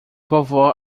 vovó